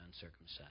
uncircumcised